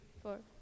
four